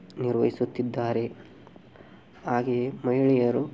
ನಿರ್ವಹಿಸುತ್ತಿದ್ದಾರೆ ಹಾಗೆಯೇ ಮಹಿಳೆಯರು